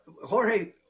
Jorge